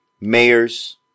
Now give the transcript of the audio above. mayors